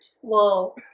Whoa